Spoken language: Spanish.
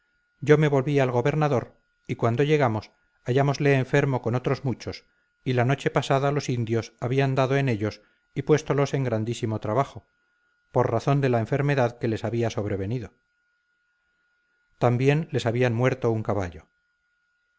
yo me volví al gobernador y cuando llegamos hallámosle enfermo con otros muchos y la noche pasada los indios habían dado en ellos y puéstolos en grandísimo trabajo por la razón de la enfermedad que les había sobrevenido también les habían muerto un caballo